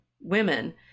women